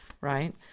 right